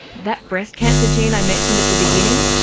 that breast cancer gene i mentioned at the beginning,